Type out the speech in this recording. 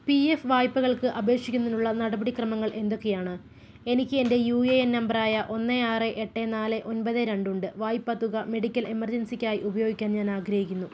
P F വായ്പകൾക്ക് അപേക്ഷിക്കുന്നതിനുള്ള നടപടിക്രമങ്ങൾ എന്തൊക്കെയാണ് എനിക്ക് എൻ്റെ യു എ എൻ നമ്പറായ ഒന്ന് ആറ് എട്ട് നാല് ഒമ്പത് രണ്ട് ഉണ്ട് വായ്പ തുക മെഡിക്കൽ എമെർജൻസിക്കായി ഉപയോഗിക്കാൻ ഞാൻ ആഗ്രഹിക്കുന്നു